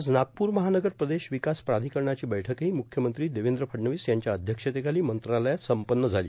आज नागपूर महानगर प्रदेश विकास प्राधिकरणाची बैठकही मुख्यमंत्री देवेंद्र फडणवीस यांच्या अध्यक्षतेखाली मंत्रालयात संपन्न झाली